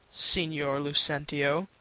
signior lucentio.